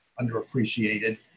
underappreciated